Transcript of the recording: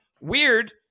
Weird